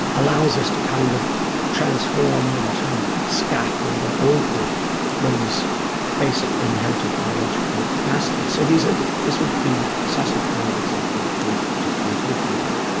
allows us to kind of transform and to scaffold and augment those basic inherited biological capacities. so ah this would be precisely the kind of example that john's just been talking about.